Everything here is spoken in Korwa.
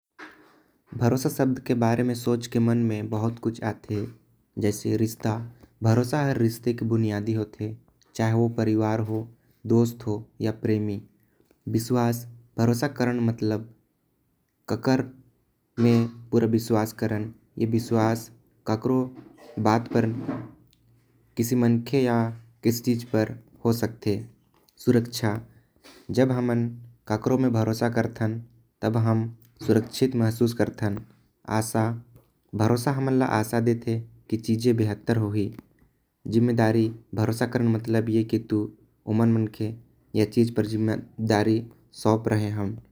भरोसा शब्द सोच के मन में बहुत कुछ आथे जैसे रिश्ता भरोसा रिश्ते। की बुनियाद होथे चाहे ओ परिवार हो दोस्त हो। या प्रेमी विश्वास भरोसा करण मतलब काकर में पूरा भरोसा करत। जी हर किस बात किस लोग पर होथे सुरक्षा जब हम केकरो। ऊपर भरोसा करथन तो सुरक्षा महसूस होथे। आशा भरोसा हमन ला आशा देथे। जिम्मेदारी भरोसा कर के आदमी जिम्मेदारी लेथे देथे।